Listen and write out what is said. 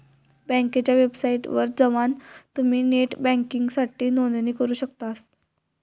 बँकेच्या वेबसाइटवर जवान तुम्ही नेट बँकिंगसाठी नोंदणी करू शकतास